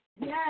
yes